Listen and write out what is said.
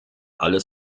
alles